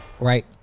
right